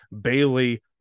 Bailey